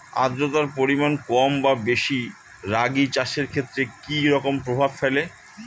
আদ্রতার পরিমাণ কম বা বেশি রাগী চাষের ক্ষেত্রে কি রকম প্রভাব ফেলে?